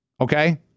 okay